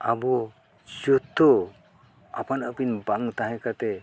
ᱟᱵᱚ ᱡᱚᱛᱚ ᱟᱯᱟᱱ ᱟᱹᱯᱤᱱ ᱵᱟᱝ ᱛᱟᱦᱮᱸ ᱠᱟᱛᱮ